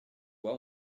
loi